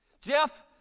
Jeff